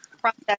process